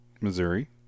Missouri